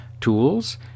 tools